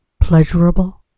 pleasurable